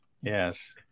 Yes